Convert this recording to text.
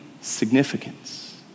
significance